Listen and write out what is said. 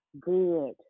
good